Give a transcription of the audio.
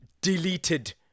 deleted